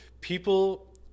People